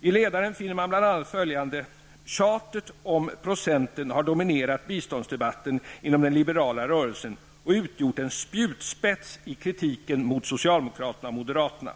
I ledaren finner man bl.a. följande: ''Tjatet om procenten har dominerat biståndsdebatten inom den liberala rörelsen och utgjort en spjutspets i kritiken mot socialdemokraterna och moderaterna.